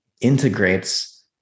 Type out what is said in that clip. integrates